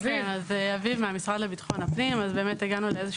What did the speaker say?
כן, יש לנו גם את הביקורים.